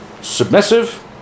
Submissive